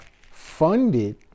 funded